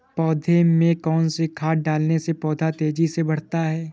पौधे में कौन सी खाद डालने से पौधा तेजी से बढ़ता है?